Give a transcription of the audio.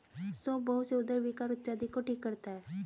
सौंफ बहुत से उदर विकार इत्यादि को ठीक करता है